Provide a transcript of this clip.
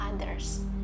others